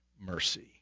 mercy